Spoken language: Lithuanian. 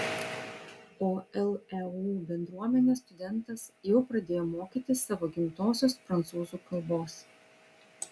o leu bendruomenę studentas jau pradėjo mokyti savo gimtosios prancūzų kalbos